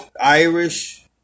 Irish